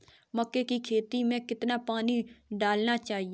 मक्के की खेती में कितना पानी लगाना चाहिए?